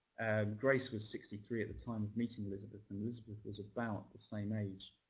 grace was sixty three at the time of meeting elizabeth. and elizabeth was about the same age.